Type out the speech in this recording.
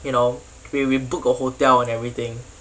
you know we we book a hotel and everything